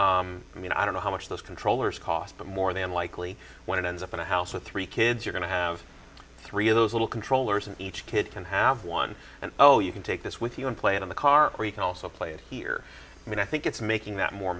us i mean i don't know how much those controllers cost but more than likely when it ends up in a house with three kids are going to have three of those little controllers and each kid can have one and oh you can take this with you and play it in the car or you can also play it here i mean i think it's making that more